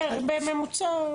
בערך, בממוצע.